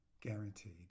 Guaranteed